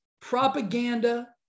propaganda